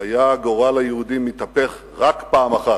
היה גורל היהודים מתהפך רק פעם אחת,